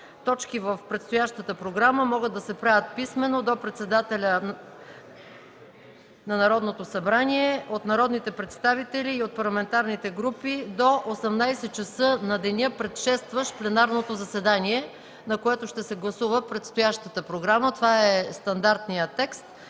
„Точки в предстоящата програма могат да се правят писмено до председателя на Народното събрание от народните представители и от парламентарните групи до 18,00 ч. на деня, предшестващ пленарното заседание, на което се гласува настоящата програма”. Това е стандартният текст.